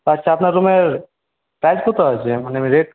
আচ্ছা আপনার রুমের প্রাইস কত আছে মানে রেট